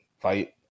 fight